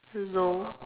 no